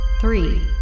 Three